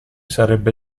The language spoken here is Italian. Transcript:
sarebbe